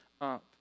up